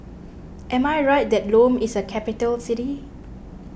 am I right that Lome is a capital city